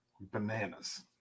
Bananas